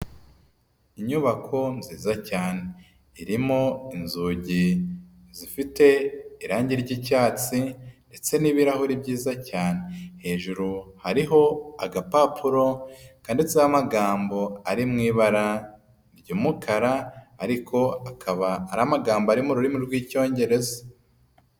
Inyubako nziza cyane. Irimo inzugi zifite irangi ry'icyatsi ndetse n'ibirahuri byiza cyane. Hejuru hariho agapapuro kanditseho amagambo ari mu ibara ry'umukara, ariko akaba ari amagambo ari mu rurimi rw'Icyongereza.